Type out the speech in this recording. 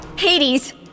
Hades